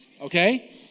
Okay